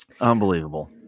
Unbelievable